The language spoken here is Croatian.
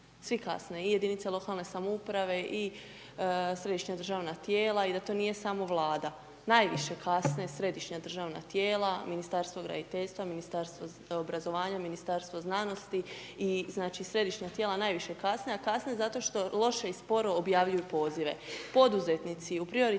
svi kasne, i jedinice lokalne samouprave i središnja državna tijela i da to nije samo Vlada. Najviše kasne središnja državna tijela, Ministarstvo graditeljstva, Ministarstvo obrazovanja, Ministarstvo znanosti i znači središnja tijela najviše kasne a kasne zato što loše i sporo objavljuju pozive. Poduzetnici u prioritetnoj